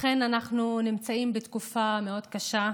אכן אנחנו נמצאים בתקופה מאוד קשה,